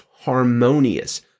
harmonious